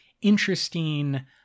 interesting